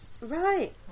Right